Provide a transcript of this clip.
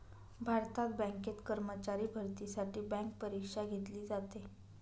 भारतात बँकेत कर्मचारी भरतीसाठी बँक परीक्षा घेतली जाते